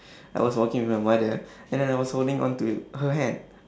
I was walking with my mother then I was holding on to her hand